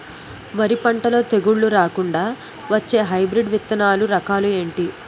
వరి పంటలో తెగుళ్లు రాకుండ వచ్చే హైబ్రిడ్ విత్తనాలు రకాలు ఏంటి?